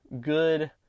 good